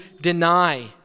deny